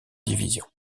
division